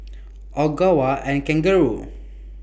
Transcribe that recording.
Ogawa and Kangaroo